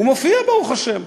הוא מופיע ברוך השם.